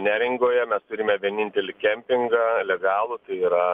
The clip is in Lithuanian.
neringoje mes turime vienintelį kempingą legalų yra